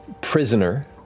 prisoner